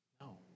No